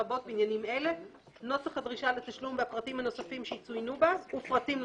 לרבות בעניינים אלה: (1)נוסח הדרישה לתשלום ופרטים נוספים שיצוינו בה,